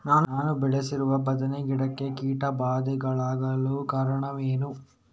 ನಾನು ಬೆಳೆಸಿರುವ ಬದನೆ ಗಿಡಕ್ಕೆ ಕೀಟಬಾಧೆಗೊಳಗಾಗಲು ಕಾರಣವೇನು?